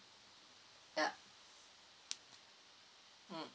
ya mm